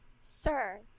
Sir